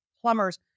plumbers